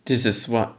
this is what